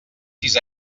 sis